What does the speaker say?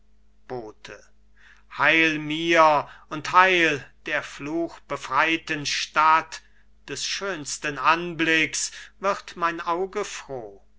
bote heil mir und heil der fluchbefreiten stadt des schönsten anblicks wird mein auge froh